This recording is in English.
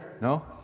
No